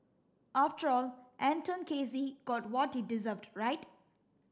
after all Anton Casey got what he deserved right